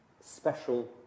special